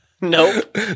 Nope